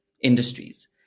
industries